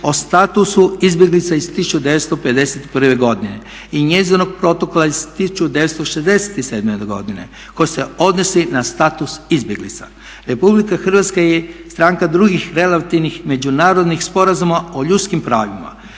o statusu izbjeglica iz 1951. godine i njezinog protokola iz 1967. godine koja se odnosi na status izbjeglica. Republika Hrvatska je stranka drugih relativnih međunarodnih sporazuma o ljudskim pravima.